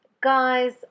guys